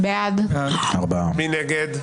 מי נגד?